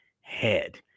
head